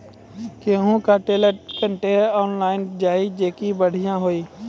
गेहूँ का trailer contractor online जाए जैकी बढ़िया हुआ